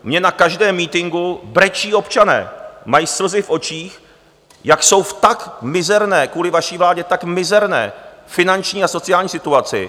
Mně na každém mítinku brečí občané, mají slzy v očích, jak jsou v tak mizerné, kvůli vaší vládě, v tak mizerné finanční a sociální situaci.